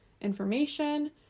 information